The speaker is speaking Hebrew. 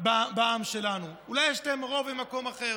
בעם שלנו, אולי יש להם רוב במקום אחר,